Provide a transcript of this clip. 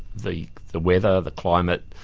the the weather, the climate,